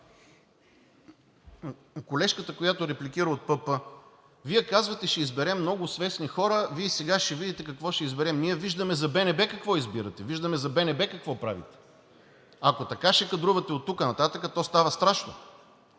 колежката, която репликира от „Продължаваме Промяната“, казвате: ще изберем много свестни хора, Вие сега ще видите какво ще изберем. Ние виждаме за БНТ какво избирате, виждаме за БНБ какво правите. Ако така ще кадрувате оттук нататък, то става страшно.